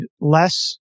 less